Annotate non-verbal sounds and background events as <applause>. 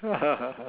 <laughs>